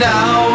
Now